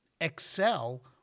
Excel